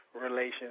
relations